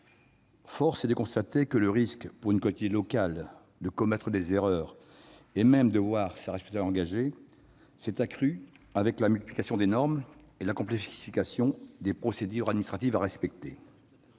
force est de constater que le risque pour une collectivité locale de commettre des erreurs et même de voir sa responsabilité engagée s'est accru avec la multiplication des normes et la complexification des procédures administratives à respecter.